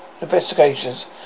investigations